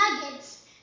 nuggets